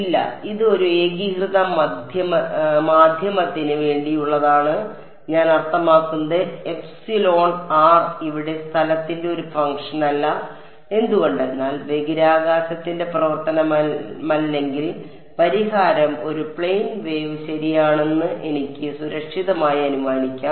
ഇല്ല ഇത് ഒരു ഏകീകൃത മാധ്യമത്തിന് വേണ്ടിയുള്ളതാണ് ഞാൻ അർത്ഥമാക്കുന്നത് എപ്സിലോൺ r ഇവിടെ സ്ഥലത്തിന്റെ ഒരു ഫംഗ്ഷനല്ല എന്തുകൊണ്ടെന്നാൽ ബഹിരാകാശത്തിന്റെ പ്രവർത്തനമല്ലെങ്കിൽ പരിഹാരം ഒരു പ്ലെയിൻ വേവ് ശരിയാണെന്ന് എനിക്ക് സുരക്ഷിതമായി അനുമാനിക്കാം